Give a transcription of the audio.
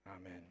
Amen